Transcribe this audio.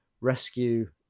rescue